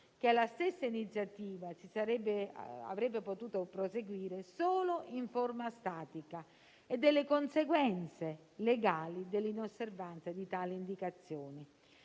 che la stessa iniziativa avrebbe potuto proseguire solo in forma statica e delle conseguenze legali della inosservanza di tali indicazioni.